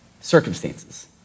Circumstances